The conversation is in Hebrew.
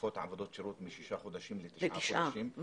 תקופת עבודת השירות משישה חודשים לתשעה חודשים,